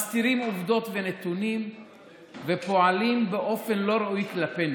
מסתירים עובדות ונתונים ופועלים באופן לא ראוי כלפינו,